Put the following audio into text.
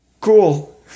Cool